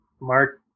Mark